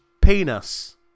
penis